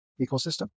ecosystem